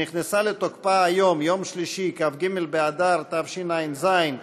שנכנסה לתוקפה היום, יום שלישי, כ"ג באדר תשע"ז,